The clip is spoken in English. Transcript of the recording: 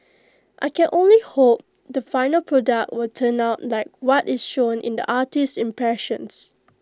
I can only hope the final product will turn out like what is shown in the artist's impressions